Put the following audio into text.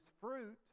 fruit